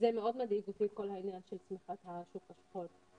שמאוד מדאיג אותי בכל העניין של הצמיחה של השוק השחור,